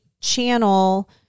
channel